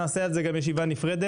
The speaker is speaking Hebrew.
נעשה על זה ישיבה נפרדת.